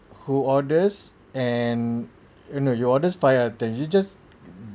who orders and you know you orders five items you just